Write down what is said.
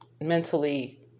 mentally